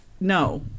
no